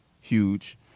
Huge